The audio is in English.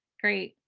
great.